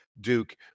Duke